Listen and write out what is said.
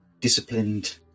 disciplined